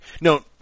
No